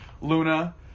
Luna